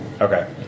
Okay